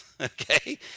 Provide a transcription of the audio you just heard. Okay